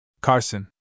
Carson